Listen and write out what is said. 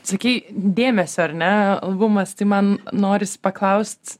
sakei dėmesio ar ne albumas tai man norisi paklaust